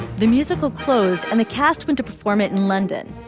the musical closed and the cast went to perform it in london,